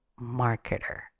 marketer